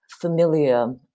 familiar